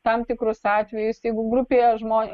tam tikrus atvejus jeigu grupėje žmonių